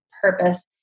purpose